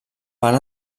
van